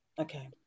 Okay